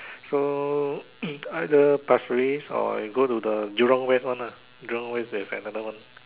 so either Pasir-Ris or I go to the jurong West one ah jurong West there's another one